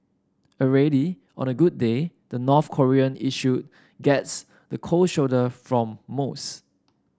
already on a good day the North Korean issue gets the cold shoulder from most